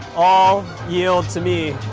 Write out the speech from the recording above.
all yield to me,